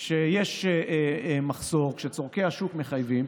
כשיש מחסור, כשצורכי השוק מחייבים,